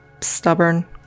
stubborn